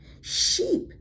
Sheep